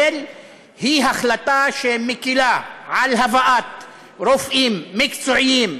היא החלטה שמקילה על הבאת רופאים מקצועיים,